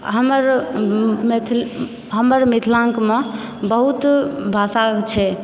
हमर मैथिली हमर मिथिलाङ्कमे बहुत भाषा छै